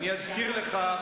אני אזכיר לך,